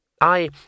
I